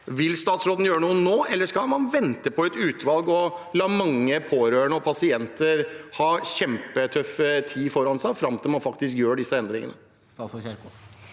Vil statsråden gjøre noe nå, eller skal man vente på et utvalg og la mange pårørende og pasienter ha en kjempetøff tid foran seg fram til man faktisk gjør disse endringene?